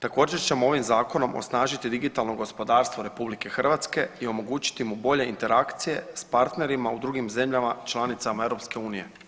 Također ćemo ovim zakonom osnažiti digitalno gospodarstvo RH i omogućiti mu bolje interakcije sa partnerima u drugim zemljama članicama EU.